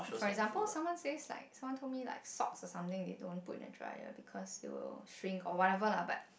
for example someone says like some told me like socks or something they don't put in the dryer because it will shrink or whatever lah but